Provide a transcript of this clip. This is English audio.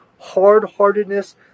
Hard-heartedness